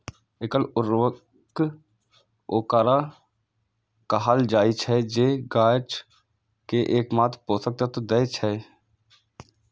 एकल उर्वरक ओकरा कहल जाइ छै, जे गाछ कें एकमात्र पोषक तत्व दै छै